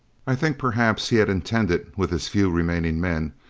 i think perhaps he had intended, with his few remaining men,